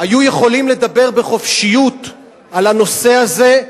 היו יכולים לדבר בחופשיות על הנושא הזה,